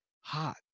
hot